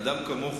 אדם כמוך,